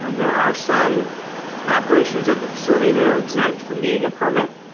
um there are some operations at the facility that are exempt from needing a permit,